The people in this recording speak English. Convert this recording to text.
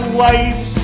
waves